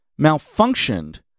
malfunctioned